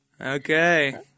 Okay